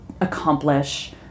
accomplish